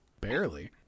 Barely